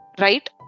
right